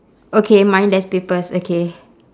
okay mine there's papers okay